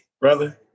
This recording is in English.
brother